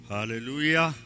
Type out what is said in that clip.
Hallelujah